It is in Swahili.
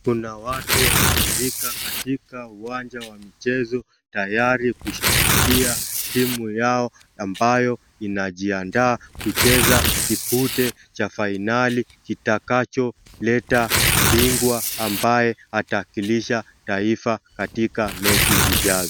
Kuna watu wamefurika katika uwanja wa michezo tayari kushabikia timu yao ambayo inajiandaa kucheza kipute cha fainali kitakacholeta bingwa ambaye atawakilisha taifa katika mechi zijazo.